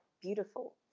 beautiful